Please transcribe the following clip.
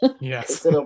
yes